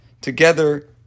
together